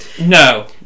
No